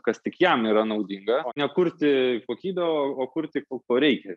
kas tik jam yra naudinga nekurti kokybę o kurti ko poreikiai